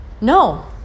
no